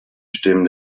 stimmen